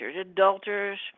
adulterers